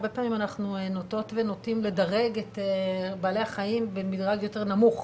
הרבה פעמים אנחנו נוטות ונוטים לדרג את בעלי החיים במדרג יותר נמוך